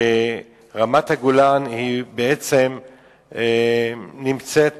ורמת-הגולן בעצם נמצאת